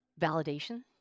validation